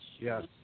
Yes